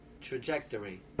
trajectory